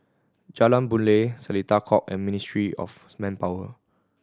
Jalan Boon Lay Seletar Court and Ministry of Manpower